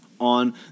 on